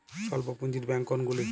স্বল্প পুজিঁর ব্যাঙ্ক কোনগুলি?